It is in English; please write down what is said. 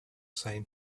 same